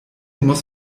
muss